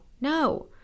no